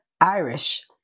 Irish